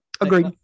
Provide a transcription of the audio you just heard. Agreed